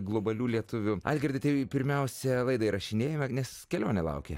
globalių lietuvių algirdai tai pirmiausia laidą įrašinėjame nes kelionė laukia